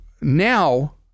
now